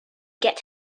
get